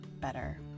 better